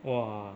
!wah!